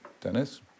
Dennis